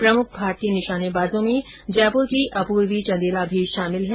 प्रमुख भारतीय निशानेबाजों में जयपुर की अपूर्वी चंदेला भी शामिल हैं